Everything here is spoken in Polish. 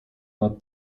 nad